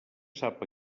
sap